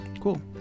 Cool